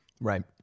Right